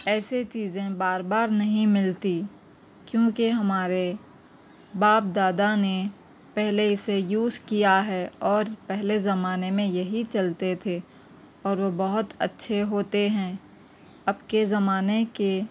ایسے چیزیں بار بار نہیں ملتی کیونکہ ہمارے باپ دادا نے پہلے اسے یوز کیا ہے اور پہلے زمانے میں یہی چلتے تھے اور وہ بہت اچھے ہوتے ہیں اب کے زمانے کے